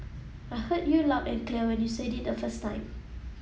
I heard you loud and clear when you said it the first time